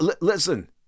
Listen